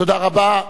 תודה רבה.